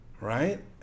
right